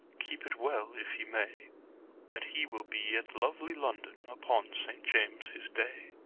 keepe it well if he may that he will be at lovely london upon saint james his day.